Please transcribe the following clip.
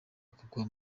akaguha